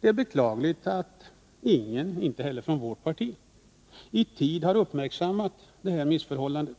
Det är beklagligt att ingen — inte heller från vårt parti — i tid har uppmärksammat det här missförhållandet.